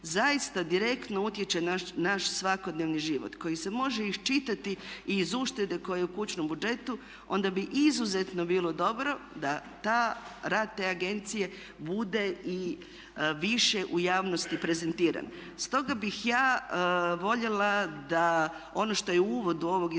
zaista direktno utječe na naš svakodnevni život koji se može iščitati i iz uštede koja je u kućnom budžetu onda bi izuzetno bilo dobro da rad te agencije bude i više u javnosti prezentiran. Stoga bih ja voljela da ono što je u uvodu ovog izvješća